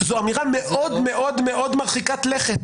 זו אמירה מאוד מאוד מאוד מרחיקת לכת.